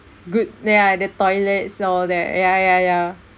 good yeah the toilets all that ya ya ya